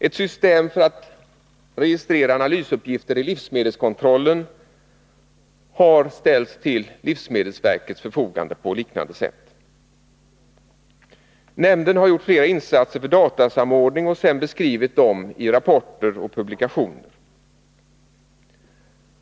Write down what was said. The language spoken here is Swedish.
Ett system för att registrera analysuppgifter i livsmedelskontrollen har ställts till livsmedelsverkets förfogande på liknande sätt. Nämnden har gjort flera insatser för datasamordning och sedan beskrivit dem i rapporter och publikationer.